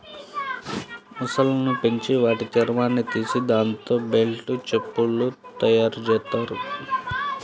మొసళ్ళను పెంచి వాటి చర్మాన్ని తీసి దాంతో బెల్టులు, చెప్పులు తయ్యారుజెత్తారు